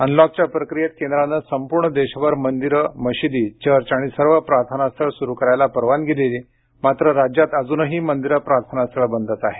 अनलॉकच्या प्रक्रियेत केंद्राने संपूर्ण देशभर मंदिरे मशिदी चर्व अशी सर्व प्रार्थनास्थळे सुरु करायला परवानगी दिली मात्र राज्यात अजूनही मंदिरं प्रार्थनास्थळं बंदच आहेत